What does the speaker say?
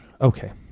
okay